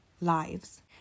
lives